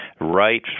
right